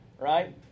right